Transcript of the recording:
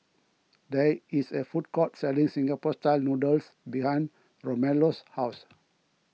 there is a food court selling Singapore Style Noodles behind Romello's house